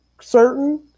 certain